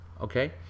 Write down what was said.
Okay